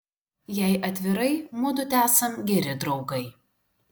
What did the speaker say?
jei atvirai mudu tesam geri draugai